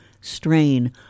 strain